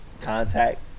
contact